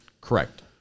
Correct